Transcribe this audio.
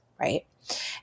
right